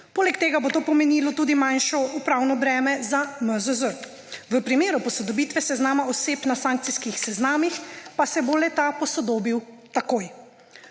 Poleg tega bo to pomenilo tudi manjšo upravno breme za MZZ. V primeru posodobitve seznama oseb na sankcijskih seznamih pa se bo le-ta posodobil takoj.